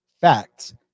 Facts